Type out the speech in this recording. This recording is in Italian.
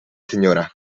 signora